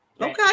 Okay